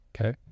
Okay